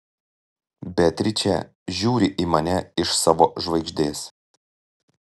beatričė žiūri į mane iš savo žvaigždės